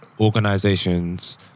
organizations